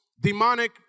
demonic